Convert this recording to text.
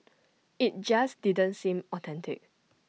IT just didn't seem authentic